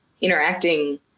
interacting